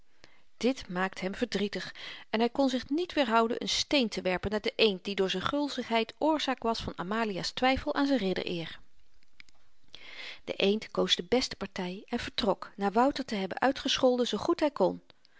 dit maakt hem verdrietig en hy kon zich niet weerhouden n steen te werpen naar den eend die door z'n gulzigheid oorzaak was van amalia's twyfel aan z'n riddereer de eend koos de beste party en vertrok na wouter te hebben uitgescholden zoo goed hy kon